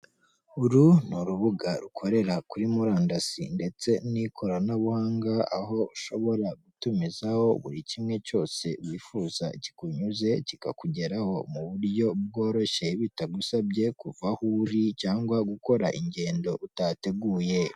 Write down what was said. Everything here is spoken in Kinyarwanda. Uru ni urubuga rukorera kuri murandasi ndetse n'ikoranabuhanga, aho ushobora gutumizaho buri kimwe cyose wifuza gikunyuze kikakugeraho mu buryo bworoshye bitagusabye kuva aho uri cyangwa gukora ingendo utateguye.